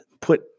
put